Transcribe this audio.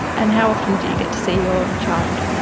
and how often do you get to see your child?